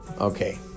okay